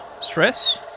stress